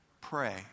pray